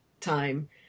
time